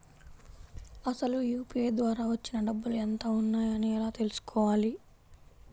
అసలు యూ.పీ.ఐ ద్వార వచ్చిన డబ్బులు ఎంత వున్నాయి అని ఎలా తెలుసుకోవాలి?